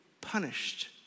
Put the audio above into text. punished